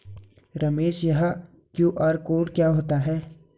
रमेश यह QR code क्या होता है?